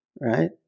right